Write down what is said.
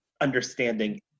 understanding